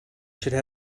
should